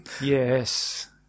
Yes